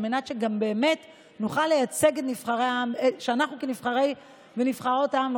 על מנת שאנחנו כנבחרי ונבחרות העם באמת